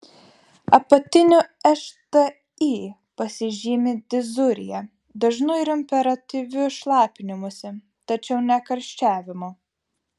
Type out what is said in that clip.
apatinių šti pasižymi dizurija dažnu ir imperatyviu šlapinimusi tačiau ne karščiavimu